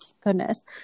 goodness